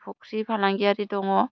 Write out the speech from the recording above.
फुख्रि फालांगियारि दङ